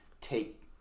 take